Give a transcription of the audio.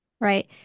right